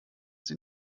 sie